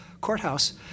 courthouse